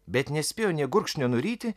bet nespėjo nė gurkšnio nuryti